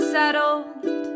settled